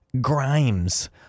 Grimes